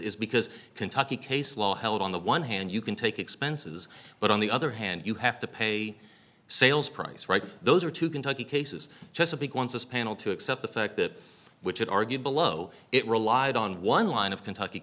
is because kentucky case law held on the one hand you can take expenses but on the other hand you have to pay sales price right those are two kentucky cases chesapeake wants this panel to accept the fact that which had argued below it relied on one line of kentucky